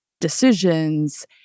decisions